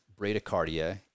bradycardia